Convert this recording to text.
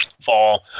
fall